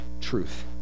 truth